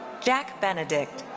jack benedict.